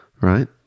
right